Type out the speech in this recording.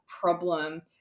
problem